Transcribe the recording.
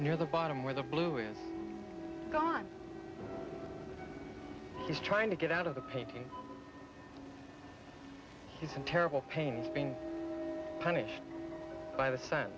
near the bottom where the blue is gone he's trying to get out of the pain he's in terrible pain being punished by the s